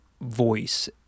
voice